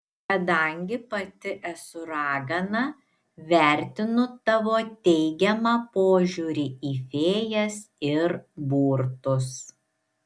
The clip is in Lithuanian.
kadangi pati esu ragana vertinu tavo teigiamą požiūrį į fėjas ir burtus